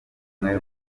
umwe